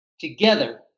Together